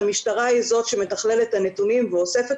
המשטרה היא זאת שמתכללת את הנתונים ואוספת